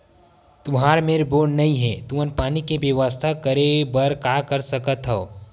तुहर मेर बोर नइ हे तुमन पानी के बेवस्था करेबर का कर सकथव?